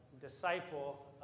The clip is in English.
disciple